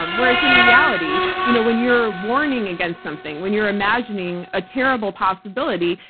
um whereas in reality you know when you're warning against something, when you're imagining a terrible possibility,